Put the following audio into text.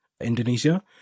Indonesia